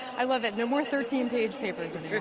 i love it, no more thirteen page papers.